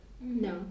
No